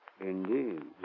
Indeed